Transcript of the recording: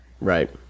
Right